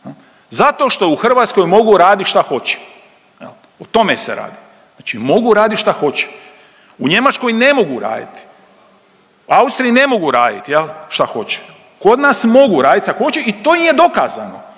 Zato što u Hrvatskoj mogu raditi šta hoće. O tome se radi. Znači mogu raditi šta hoće. U Njemačkoj ne mogu raditi. Austriji ne mogu raditi, je li, šta hoće? Kod nas mogu raditi šta hoće i to im je dokazano